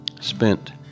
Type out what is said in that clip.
spent